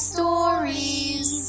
Stories